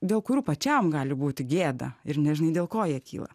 dėl kurių pačiam gali būti gėda ir nežinai dėl ko jie kyla